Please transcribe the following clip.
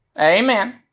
Amen